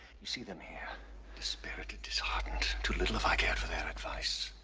you see them here dispirited, disheartened. too little have i cared for their advice.